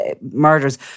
murders